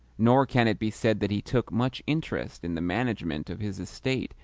nor can it be said that he took much interest in the management of his estate,